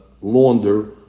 launder